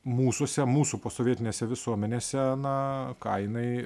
mūsuose mūsų posovietinėse visuomenėse na ką jinai